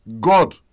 God